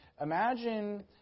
imagine